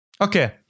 Okay